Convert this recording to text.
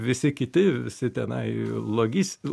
visi kiti visi tenai logis